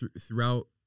throughout